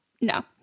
No